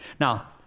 Now